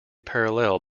parallel